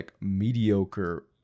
mediocre